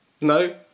no